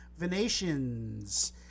Venations